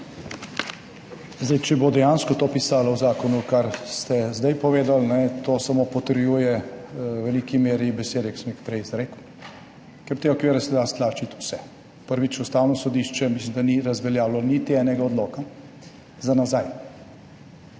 Če bo dejansko to pisalo v zakonu, kar ste zdaj povedali, to samo potrjuje v veliki meri besede, ki sem jih prej izrekel, ker v te okvire se da stlačiti vse. Prvič, Ustavno sodišče, mislim da, ni razveljavilo niti enega odloka za nazaj.